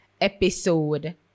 episode